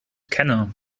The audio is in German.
kenne